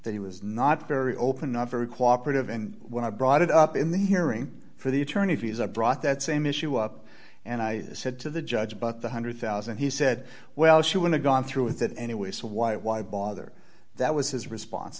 that he was not very open not very cooperate of and when i brought it up in the hearing for the attorney fees i brought that same issue up and i said to the judge but the one hundred thousand he said well she went to gone through with it anyway so why why bother that was his response